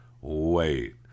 Wait